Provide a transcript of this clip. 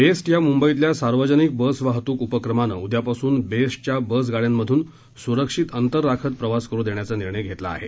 best या मुंबईतल्या सार्वजनिक बस वाहतूक उपक्रमानं उद्यापासून बेस्टच्या बस गाड्यांमधून सुरक्षित अंतर राखत प्रवास करू देण्याचा निर्णय घेतला आहे